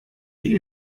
die